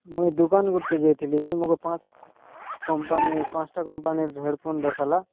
ମୁଇଁ ଦୁକାନ୍ ଗୋଟ୍ କେ ଯାଇଥିଲି ଯେ ମୋ କୋ ପାଞ୍ଚ କମ୍ପାନୀ ପାଞ୍ଚଟା କମ୍ପାନୀ ହେଡ଼ଫୋନ୍ ଦେଖାଇଲା